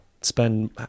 Spend